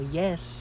yes